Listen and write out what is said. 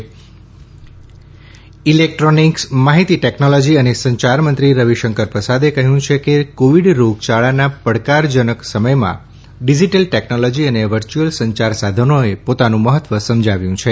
Ravishankar mobile electronics માહિતી technology અને સંચાર મંત્રી રવિશંકર પ્રસાદે કહ્યું છે કે કોવીડ મહામારીના પડકારજનક સમયમાં ડીજીટ ટેકનોલોજી અને વર્યુઅલ સંયાર સાધનોએ પોતાનું મહત્વ સમજાવ્યું છે